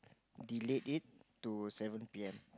delayed it to seven P_M